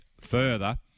further